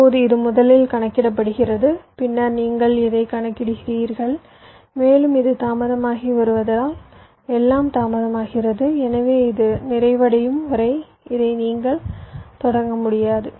இப்போது இது முதலில் கணக்கிடப்படுகிறது பின்னர் நீங்கள் இதைக் கணக்கிடுகிறீர்கள் மேலும் இது தாமதமாகி வருவதால் எல்லாம் தாமதமாகிறது எனவே இது நிறைவடையும் வரை இதை நீங்கள் தொடங்க முடியாது